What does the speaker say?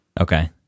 Okay